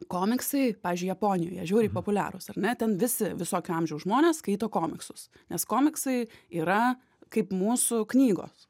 komiksai pavyzdžiui japonijoje žiauriai populiarūs ar ne ten visi visokio amžiaus žmonės skaito komiksus nes komiksai yra kaip mūsų knygos